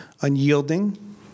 unyielding